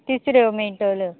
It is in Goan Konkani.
तिसऱ्यो मेळटल्यो